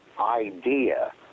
idea